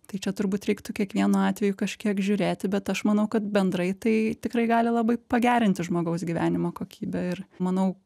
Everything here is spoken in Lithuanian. tai čia turbūt reiktų kiekvienu atveju kažkiek žiūrėti bet aš manau kad bendrai tai tikrai gali labai pagerinti žmogaus gyvenimo kokybę ir manau